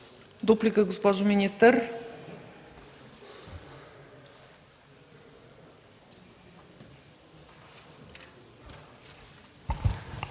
Дуплика, госпожо министър.